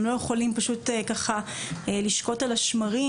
הם לא יכולים פשוט ככה לשקוט על השמרים